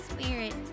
Spirit